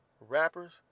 rappers